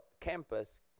campus